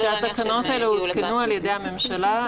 כשהתקנות האלה הותקנו על ידי הממשלה,